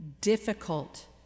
difficult